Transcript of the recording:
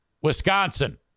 Wisconsin